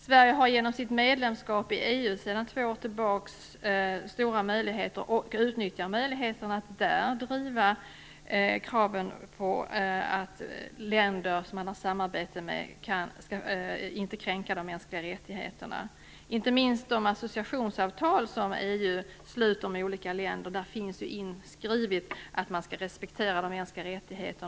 Sverige har genom sitt medlemskap i EU sedan två år tillbaka stora möjligheter att där driva kraven på att länder som EU samarbetar med inte skall kränka de mänskliga rättigheterna. Det gäller inte minst de associationsavtal som EU sluter med olika länder. I dessa finns inskrivet att de mänskliga rättigheterna skall respekteras.